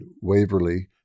Waverly